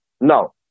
No